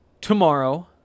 tomorrow